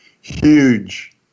Huge